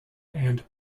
and